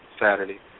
Saturday